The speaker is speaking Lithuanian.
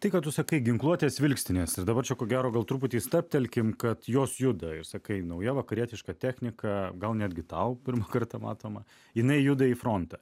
tai ką tu sakai ginkluotės vilkstiėes ir dabar čia ko gero gal truputį stabtelkime kad jos juda ir sakai nauja vakarietiška technika gal netgi tau pirmą kartą matoma jinai juda į frontą